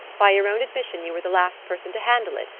by your own admission you were the last person to handle it.